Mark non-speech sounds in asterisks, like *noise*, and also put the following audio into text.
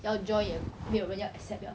*noise*